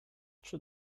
czy